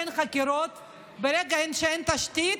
ברגע שאין תשתית,